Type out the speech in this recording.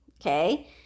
okay